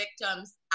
victims